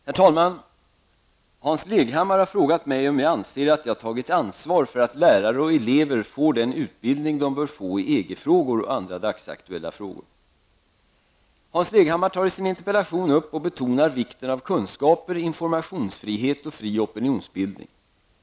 Herr talman! Hans Leghammar har frågat mig om jag anser att jag tagit ansvar för att lärare och elever får den utbildning de bör få i EG-frågor och andra dagsaktuella frågor. Hans Leghammar tar i sin interpellation upp, och betonar, vikten av kunskaper, informationsfrihet och fri opinionsbildning.